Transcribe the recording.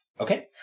Okay